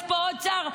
יש פה עוד שר?